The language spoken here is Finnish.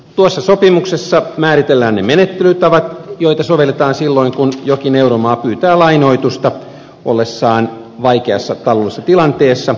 tuossa sopimuksessa määritellään ne menettelytavat joita sovelletaan silloin kun jokin euromaa pyytää lainoitusta ollessaan vaikeassa taloudellisessa tilanteessa